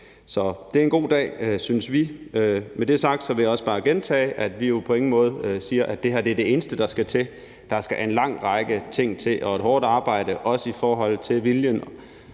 Så det er en god dag, synes vi. Med det sagt vil jeg også bare gentage, at vi jo på ingen måde siger, at det her er det eneste, der skal til. Der skal en lang række ting til og et hårdt arbejde, også i forhold til at